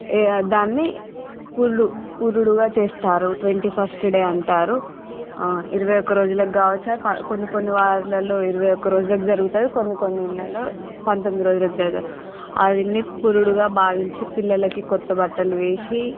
దాన్ని పుల్ పురుడుగా చేస్తారు ట్వంటీ ఫస్ట్ డే అంటారు ఇరవై ఒక్క రోజులకు కావచ్చు కొన్ని కొన్ని వారలలో ఇరవై ఒక్క రోజులకు జరుగుతుంది కొన్ని కొన్ని ఇళ్ళలో పంతొమ్మిది రోజులకు జరుగు అది పురుడుగా భావించి పిల్లలకి కొత్త బట్టలు వేసి